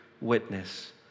witness